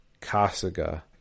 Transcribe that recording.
Kasuga